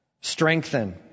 Strengthen